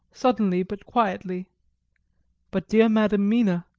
suddenly but quietly but dear madam mina,